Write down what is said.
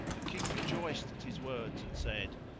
the king rejoiced at his words and said,